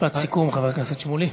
משפט סיכום, חבר הכנסת שמולי.